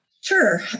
Sure